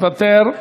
מוותר.